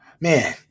Man